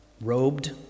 robed